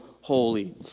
holy